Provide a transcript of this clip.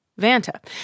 Vanta